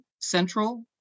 central